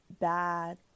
bad